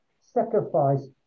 sacrifice